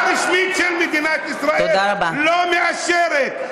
זאת המסיתה הרשמית של מדינת ישראל לא מאשרת.